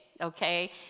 okay